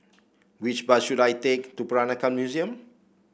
which bus should I take to Peranakan Museum